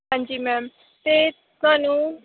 ਹਾਂਜੀ ਮੈਮ ਅਤੇ ਤੁਹਾਨੂੰ